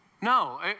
No